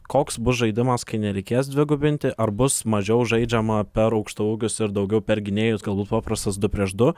koks bus žaidimas kai nereikės dvigubinti ar bus mažiau žaidžiama per aukštaūgius ir daugiau per gynėjus galbūt paprastas du prieš du